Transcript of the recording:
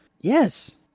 Yes